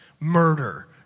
murder